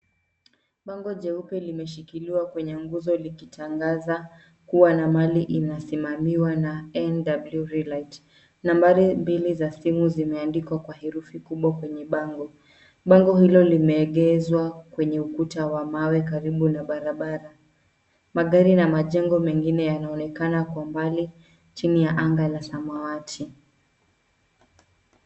Bango jeupe limeshikiliwa kwenye nguzo likitangaza kuwa na mali inasimamiwa na NW Realite. Nambari mbili za simu zimeandikwa kwa herufi kubwa kwenye bango. Bango hilo limeegezwa kwenye ukuta wa mawe, karibu na barabara. Magari na majengo mengine yanaonekana kwa mbali, chini ya anga la samawati.